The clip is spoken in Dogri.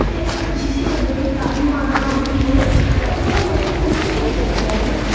ते जिसी बंदे गी तारी मारना औंदी ऐ ते ओह् मज़े कन्नै जाई सकदा ऐ ना